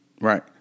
Right